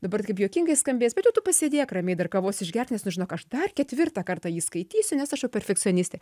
dabar kaip juokingai skambės bet jau tu pasėdėk ramiai dar kavos išgerk nes nu žinok aš dar ketvirtą kartą jį skaitysiu nes aš jau perfekcioniste